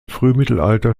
frühmittelalter